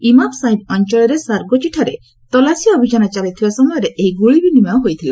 ଇମାମ୍ ସାହିବ ଅଞ୍ଚଳର ସାର୍ଗୋଚିଠାରେ ତଲାସି ଅଭିଯାନ ଚାଲିଥିବା ସମୟରେ ଏହି ଗୁଳି ବିନିମୟ ହୋଇଥିଲା